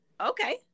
okay